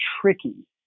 tricky